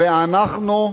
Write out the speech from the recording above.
ואנחנו,